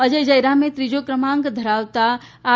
અજય જયરામે ત્રીજો ક્રમાંક ધરાવતા આર